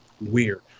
weird